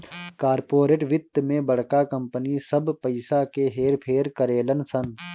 corporate वित्त मे बड़का कंपनी सब पइसा क हेर फेर करेलन सन